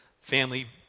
family